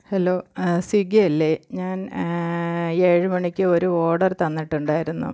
hello Swiggy അല്ലെ ഞാൻ ഏഴു മണിക്ക് ഒരു ഓർഡർ തന്നിട്ടുണ്ടായിരുന്നു